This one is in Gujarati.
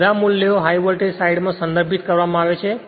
આ મૂલ્યો બધાને હાઇ વોલ્ટેજ સાઇડમાં સંદર્ભિત કરવામાં આવે છે